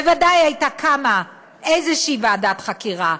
בוודאי הייתה קמה איזושהי ועדת חקירה,